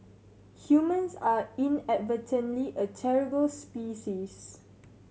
humans are inadvertently a terrible species